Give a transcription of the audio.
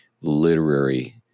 literary